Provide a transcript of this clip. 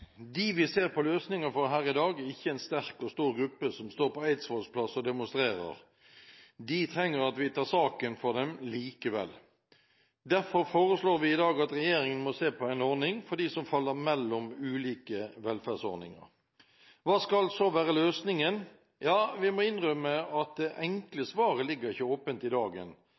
De trenger at vi tar saken for dem likevel. Derfor foreslår vi i dag at regjeringen må se på en ordning for dem som faller mellom ulike velferdsordninger. Hva skal så være løsningen? Ja, vi må innrømme at det enkle svaret ligger ikke åpent i dagen.